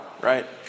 right